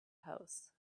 house